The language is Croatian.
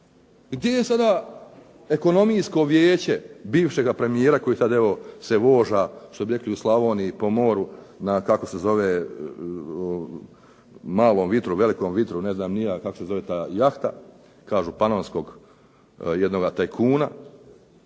gdje je sada Ekonomijsko vijeće bivšega premijera koji sad evo se voza što bi rekli u Slavoniji po moru na Malom vitru, Velikom vitru, ne znam ni ja kako se zove ta jahta kažu panonskog jednoga tajkuna.